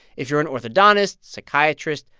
if you're an orthodontist, psychiatrist,